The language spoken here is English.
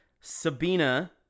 Sabina